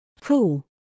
Cool